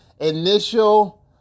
initial